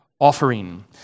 offering